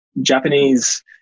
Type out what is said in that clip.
Japanese